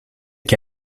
que